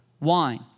wine